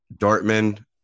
Dortmund